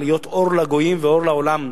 להיות אור לגויים ואור לעולם,